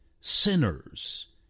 sinners